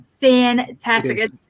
fantastic